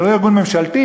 וזה לא ארגון ממשלתי.